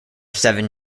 seven